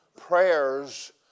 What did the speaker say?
prayers